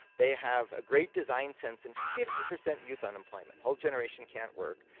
they have a great design sense, and fifty percent youth unemployment. whole generation can't work,